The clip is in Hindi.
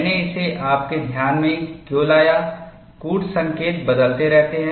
मैंने इसे आपके ध्यान में क्यों लाया कूट संकेत बदलते रहते हैं